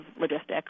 logistics